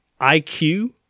IQ